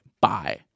Bye